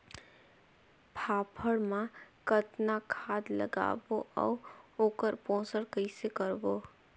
फाफण मा कतना खाद लगाबो अउ ओकर पोषण कइसे करबो?